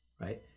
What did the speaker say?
right